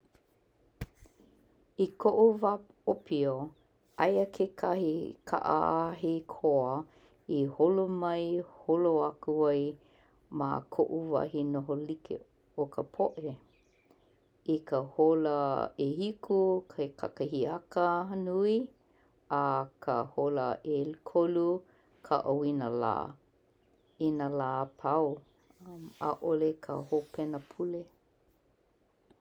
I ko'u wā 'ōpio, aia i kekahi ka'aahi koa i holo mai holo aku ai ma ko'u wahi noho like o ka po'e i ka hola 'ehiku ke kakahiaka nui a ka hola 'ekolu ka' auinalā i nā lā apau, 'a'ole ka hōpena pule.